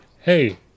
hey